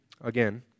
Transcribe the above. again